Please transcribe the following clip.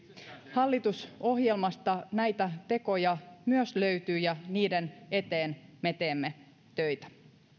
hallitusohjelmasta näitä tekoja myös löytyy ja niiden eteen me teemme töitä